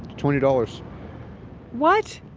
twenty dollars what!